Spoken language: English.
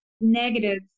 negatives